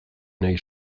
nahi